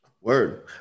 Word